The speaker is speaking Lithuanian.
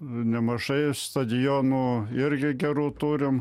nemažai stadionų irgi gerų turim